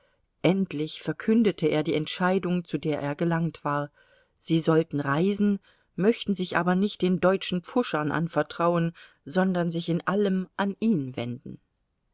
endlich verkündete er die entscheidung zu der er gelangt war sie sollten reisen möchten sich aber nicht den deutschen pfuschern anvertrauen sondern sich in allem an ihn wenden